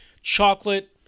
chocolate